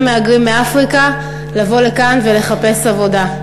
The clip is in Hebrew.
מהגרים מאפריקה לבוא לכאן ולחפש עבודה.